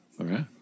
Okay